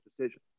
decision